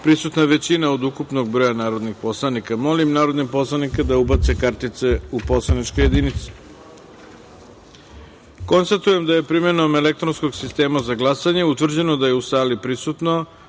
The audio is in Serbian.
prisutna većina od ukupnog broja narodnih poslanika. Molim narodne poslanike da ubace kartice u poslaničke jedinice. Konstatujem da je primenom elektronskog sistema za glasanje utvrđeno da je u sali prisutno